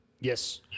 yes